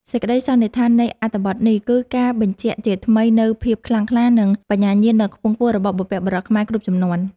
សេចក្តីសន្និដ្ឋាននៃអត្ថបទនេះគឺការបញ្ជាក់ជាថ្មីនូវភាពខ្លាំងក្លា និង បញ្ញាញាណដ៏ខ្ពង់ខ្ពស់របស់បុព្វបុរសខ្មែរគ្រប់ជំនាន់។